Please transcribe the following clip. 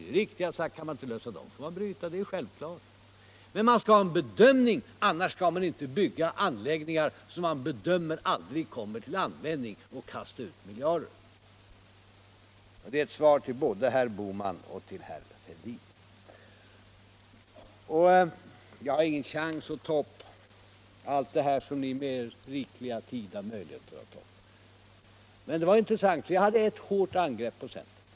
Det är riktigt att jag Sagt att om man inte kan lösa säkerhetsproblemen så får man avbryta kärnkraftverksbyggandet. Det är självklart. Men man skall göra en bedömning. Man skall inte kasta ut miljarder på att bygga anläggningar som man bedömer aldrig kommer till användning. Det är ett svar både till herr Bohman och ull herr Fälldin. Jag har ingen chans att ta upp allt det ni med er rikliga tid har möjlighet att göra. Men jag gjorde ett hårt angrepp på centern.